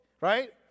right